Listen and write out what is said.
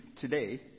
today